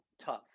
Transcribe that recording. tough